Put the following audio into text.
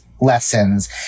lessons